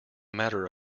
matter